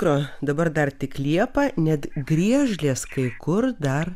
pro dabar dar tik liepą net griežlės kai kur dar